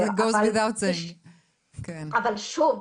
אבל שוב,